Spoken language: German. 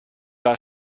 war